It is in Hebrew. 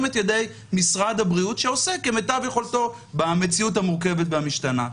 את ידי משרד הבריאות שעושה כמיטב יכולתו במציאות המורכבת והמשתנה.